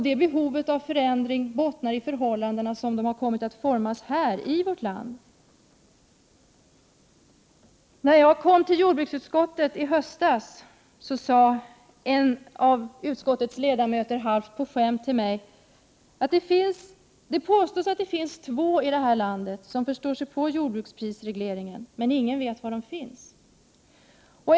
Det behovet av förändring bottnar i de förhållanden som har kommit att formas här i vårt land. När jag kom till jordbruksutskottet i höstas sade en av utskottets ledamöter halvt på skämt till mig att det påstås att det finns två personer i det här landet som förstår sig på jordbruksprisregleringen, men ingen vet var de finns.